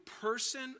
person